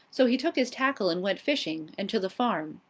so he took his tackle and went fishing, and to the farm.